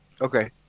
okay